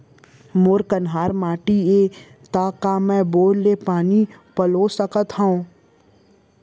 मोर कन्हार माटी हे, त का मैं बोर ले पानी अपलोड सकथव?